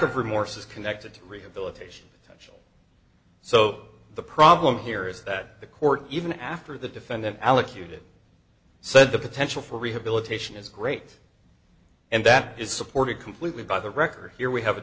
of remorse is connected to rehabilitation so the problem here is that the court even after the defendant allocute it said the potential for rehabilitation is great and that is supported completely by the record here we have a